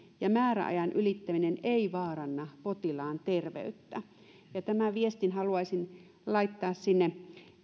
ja määräajan ylittäminen ei vaaranna potilaan terveyttä tämän viestin haluaisin laittaa sinne